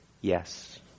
yes